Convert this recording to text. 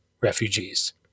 refugees